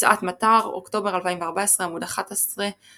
הוצאת מטר, אוקטובר 2014, עמ' 11,